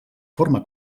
forma